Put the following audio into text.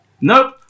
Nope